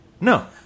No